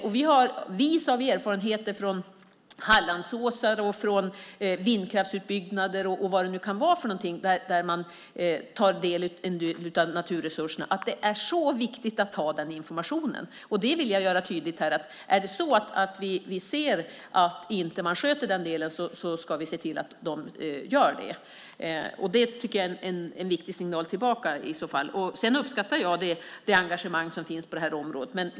Det vet vi av erfarenheter från Hallandsåsen, vindkraftsutbyggnader och annat. Jag vill göra tydligt att vi ska se till att man sköter den delen. Det är en viktig signal. Jag uppskattar det engagemang som finns på det här området.